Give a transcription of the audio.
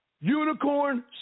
unicorn